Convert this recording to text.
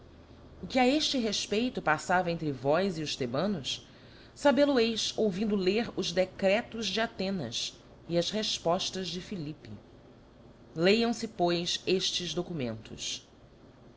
o que a efte refpeito paffava entre vós e os thebanos fabel o heis ouvindo ler os decretos de athenas e as refpoftas de philippe lêam fe pois eftes documentos